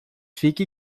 fique